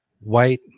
white